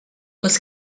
les